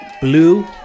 blue